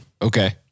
Okay